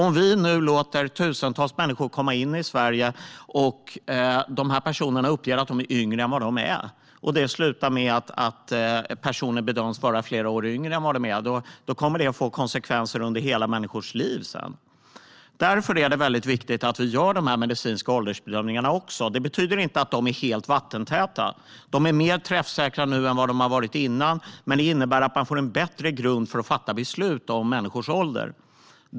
Om vi nu låter tusentals människor komma in i Sverige och personer uppger att de är yngre än vad de är och det slutar med att de bedöms vara flera år yngre kommer det att få konsekvenser under människors hela liv. Därför är det viktigt att vi gör medicinska åldersbedömningar. Detta betyder inte att åldersbedömningarna är helt vattentäta. De är mer träffsäkra nu än vad de har varit tidigare, och det innebär att man får en bättre grund för att fatta beslut om människors ålder.